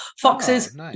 Foxes